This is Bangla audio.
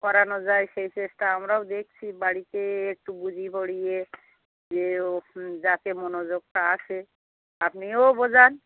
করানো যায় সেই চেষ্টা আমরাও দেখছি বাড়িতে একটু বুঝিয়ে পড়িয়ে যে ও হুম যাতে মনোযোগটা আসে আপনিও বোঝান